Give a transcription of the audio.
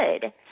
good